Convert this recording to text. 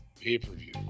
pay-per-view